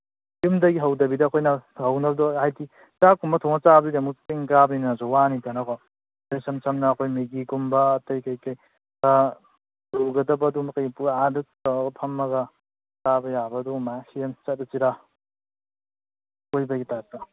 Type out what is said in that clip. ꯌꯨꯝꯗꯒꯤ ꯍꯧꯗꯕꯤꯗ ꯑꯩꯈꯣꯏꯅ ꯍꯧꯅꯕꯗꯣ ꯍꯥꯏꯗꯤ ꯆꯥꯛꯀꯨꯝꯕ ꯊꯣꯡꯉ ꯆꯥꯕꯗꯨꯗꯤ ꯑꯃꯨꯛ ꯆꯤꯡ ꯀꯥꯕꯅꯤꯅꯁꯨ ꯋꯥꯅꯤꯗꯅꯀꯣ ꯏꯁꯝ ꯁꯝꯅ ꯑꯩꯈꯣꯏ ꯃꯦꯒꯤꯒꯨꯝꯕ ꯑꯇꯩ ꯀꯩ ꯀꯩ ꯈꯔ ꯑꯥꯗ ꯇꯧꯔꯒ ꯐꯝꯃꯒ ꯆꯥꯕ ꯌꯥꯕ ꯑꯗꯨꯃꯥꯏ ꯁꯦꯝ ꯆꯠꯂꯁꯤꯔ ꯀꯣꯏꯕꯒꯤ ꯇꯥꯏꯞꯇ